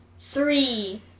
three